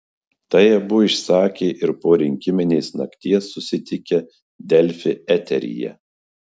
tai abu išsakė ir po rinkiminės nakties susitikę delfi eteryje